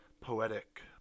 poetic